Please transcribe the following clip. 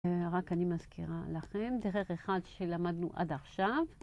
רק אני מזכירה לכם דרך אחד שלמדנו עד עכשיו.